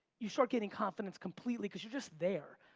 you start getting confidence completely because you're just there.